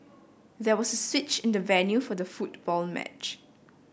there was a switch in the venue for the football match